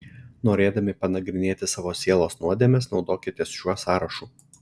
norėdami panagrinėti savo sielos nuodėmes naudokitės šiuo sąrašu